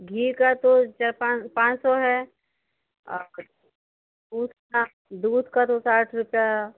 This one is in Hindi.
घी का तो चार पाँच पाँच सौ है और ऊध का दूध का तो साठ रुपया